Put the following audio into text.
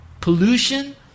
pollution